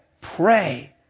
pray